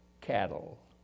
cattle